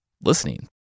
Listening